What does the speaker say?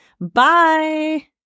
Bye